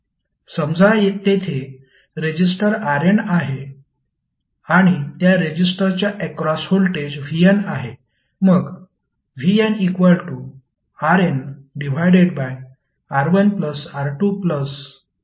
समजा तेथे रेजिस्टर Rnआहे आणि त्या रेजिस्टरच्या अक्रॉस व्होल्टेज vn आहे